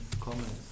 comments